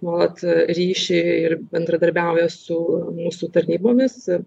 nuolat ryšį ir bendradarbiauja su mūsų tarnybomis ir